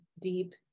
deep